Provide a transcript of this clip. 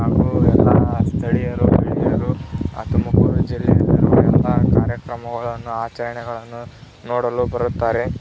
ಹಾಗೂ ಎಲ್ಲ ಸ್ಥಳೀಯರು ಗಣ್ಯರು ಆ ತುಮಕೂರು ಜಿಲ್ಲೆಯಲ್ಲಿರುವ ಎಲ್ಲ ಕಾರ್ಯಕ್ರಮಗಳನ್ನು ಆಚರಣೆಗಳನ್ನು ನೋಡಲು ಬರುತ್ತಾರೆ